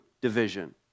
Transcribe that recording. division